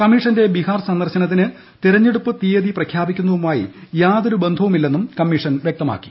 കമ്മീഷന്റെ ബിഹാർ സന്ദർശനത്തിന് തിരഞ്ഞെടുപ്പ് തീയതി പ്രഖ്യാപിക്കുന്നതുമായി യാതൊരു ബന്ധവുമില്ലെന്നും കമീഷൻ അറിയിച്ചു